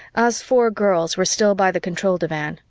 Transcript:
us four girls were still by the control divan.